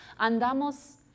Andamos